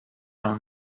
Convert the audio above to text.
own